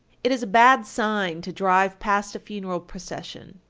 it is a bad sign to drive past a funeral procession.